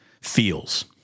feels